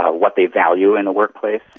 ah what they value in a workplace.